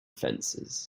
fences